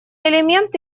элемент